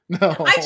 No